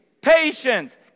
Patience